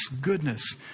goodness